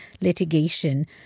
litigation